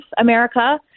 America